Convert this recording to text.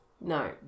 No